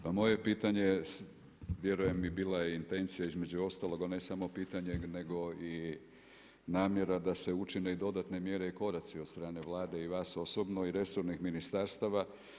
Pa moje je pitanje vjerujem i bila intencija između ostalog, a ne samo pitanje nego i namjera da se učine dodatne mjere i koraci od strane Vlade i vas osobno i resornih ministarstava.